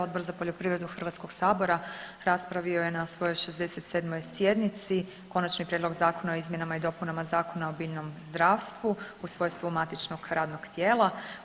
Odbor za poljoprivredu HS-a raspravio je na svojoj 67. sjednici Konačni prijedlog Zakona o izmjenama i dopunama Zakona o biljnom zdravstvu u svojstvu matičnog radnog tijela.